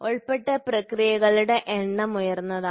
ഉൾപ്പെടുന്ന പ്രക്രിയകളുടെ എണ്ണം ഉയർന്നതാണ്